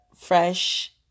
fresh